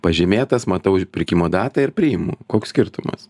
pažymėtas matau pirkimo datą ir priimu koks skirtumas